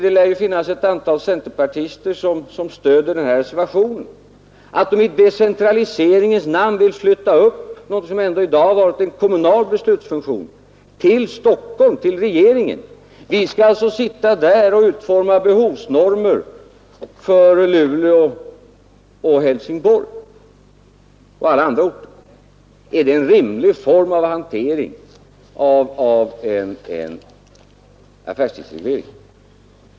Det lär finnas ett antal centerpartister som stöder reservationen, och det förvånar mig en smula att de i decentraliseringens namn vill flytta upp något som i dag varit en kommunal beslutsfunktion till regeringen. Vi skall alltså sitta i Stockholm och utforma behovsnormer för Luleå, Helsingborg och alla andra orter. Är det en rimlig form för hantering av en affärstidsreglering?